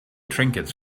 trinkets